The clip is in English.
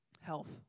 Health